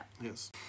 Yes